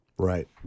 Right